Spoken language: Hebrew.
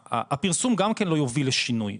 הפרסום גם כן לא יוביל לשינוי.